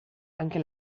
anche